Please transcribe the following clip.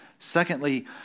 Secondly